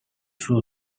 suo